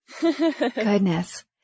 Goodness